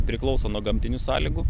priklauso nuo gamtinių sąlygų